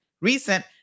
recent